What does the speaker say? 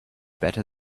better